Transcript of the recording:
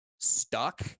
stuck